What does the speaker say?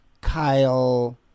Kyle